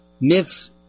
myths